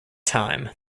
time